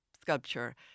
sculpture